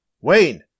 Wayne